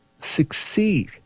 succeed